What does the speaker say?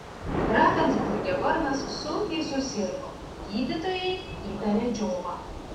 ravensburge varnas sunkiai susirgo gydytojai įtarė džiovą